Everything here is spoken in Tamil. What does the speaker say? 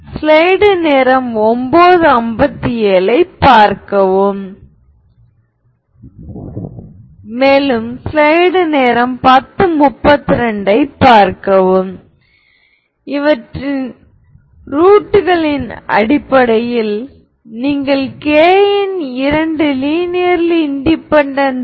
V ஆனது 'λ என்ற ஐகென் மதிப்புடன் தொடர்புடைய ஐகென் வெக்டர் ஆகும்